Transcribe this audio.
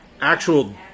actual